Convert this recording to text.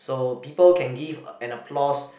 so people can give an applause